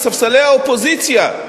מספסלי האופוזיציה,